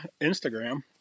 instagram